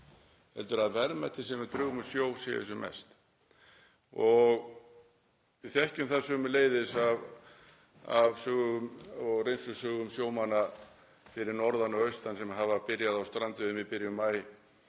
heldur að verðmætin sem við drögum úr sjó séu sem mest. Við þekkjum það sömuleiðis af reynslusögum sjómanna fyrir norðan og austan, sem hafa byrjað á strandveiðum í byrjun maí